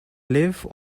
live